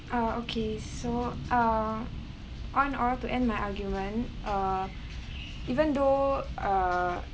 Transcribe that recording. uh okay so uh I want to end my argument uh even though err